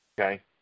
Okay